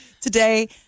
Today